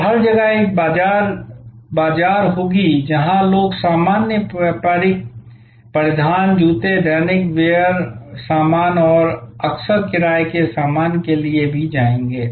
तो हर जगह एक बाजार जगह होगी जहां लोग सामान्य व्यापारिक परिधान जूते दैनिक वेयर सामान और अक्सर किराने के सामान के लिए भी जाएंगे